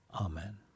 Amen